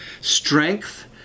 Strength